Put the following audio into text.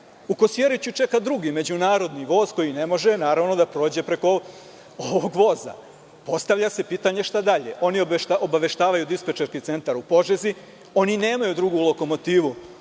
U Kosjeriću čeka drugi međunarodni voz koji ne može da prođe preko ovog voza. Postavlja se pitanje šta dalje? Oni obaveštavaju dispečerski centar u Požegi. Oni nemaju drugu lokomotivu